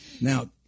Now